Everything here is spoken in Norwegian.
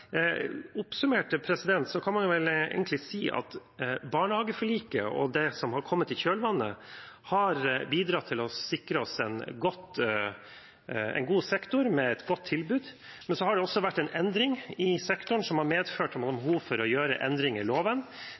Oppsummert kan man vel egentlig si at barnehageforliket og det som har kommet i kjølvannet av det, har bidratt til å sikre oss en god sektor med et godt tilbud. Men så har det også vært endring i sektoren som har medført noen behov for å gjøre endring i loven.